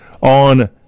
on